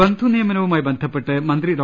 ബന്ധുനിയമനവുമായി ബന്ധപ്പെട്ട് മന്ത്രി ഡോ